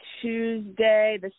Tuesday